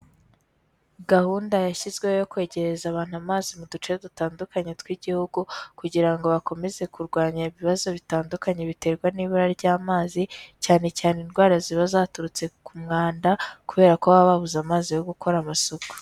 Gahunda yashyizweho yo kwegereza abantu amazi mu duce dutandukanye tw'igihugu kugira ngo bakomeze kurwanya ibibazo bitandukanye biterwa n'ibura ry'amazi cyane cyane indwara ziba zaturutse ku mwanda kubera ko baba babuze amazi yo gukora amasuku.